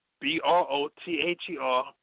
B-R-O-T-H-E-R